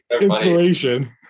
inspiration